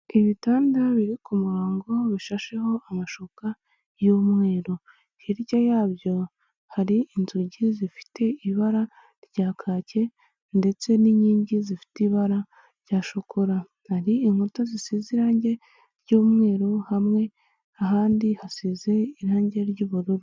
Ibitanda biri ku murongo bishasheho amashuka y'umweru hirya yabyo hari inzugi zifite ibara rya kake ndetse n'inkingi zifite ibara rya shokora ,hari inkuta zisize irangi ry'umweru hamwe ahandi hasize irangi ry'ubururu.